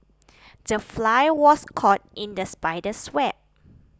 the fly was caught in the spider's web